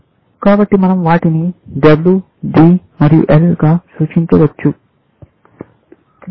కాబట్టి మనం వాటిని W D మరియు L గా సూచించవచ్చు